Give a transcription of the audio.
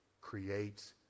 creates